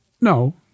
No